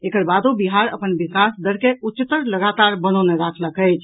एकर बादो बिहार अपन विकास दर के उच्चस्तर लगातार बनौने राखलक अछि